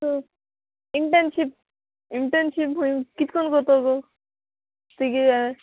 internship internship खूंय कितकोन कोत्तो गो तुगे जाय